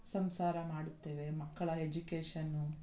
ಸಂಸಾರ ಮಾಡುತ್ತೇವೆ ಮಕ್ಕಳ ಎಜುಕೇಶನು